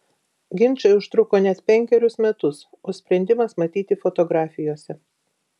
ginčai užtruko net penkerius metus o sprendimas matyti fotografijose